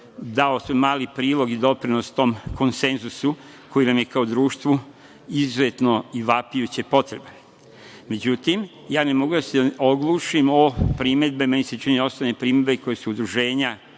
svoj mali prilog i doprinos tom konsenzusu koji nam je kao društvu izuzetno i vapijuće potreban. Međutim, ja ne mogu da se oglušim o primedbe, meni se čini osnovne primedbe koje su udruženja,